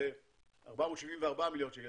זה 474 מיליון שקל,